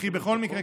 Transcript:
וכי בכל מקרה,